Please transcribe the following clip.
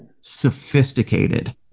sophisticated